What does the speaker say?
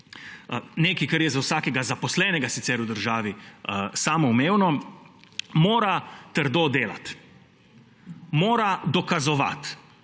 nekaj, kar je sicer za vsakega zaposlenega v državi samoumevno, mora trdo delati, mora dokazovati,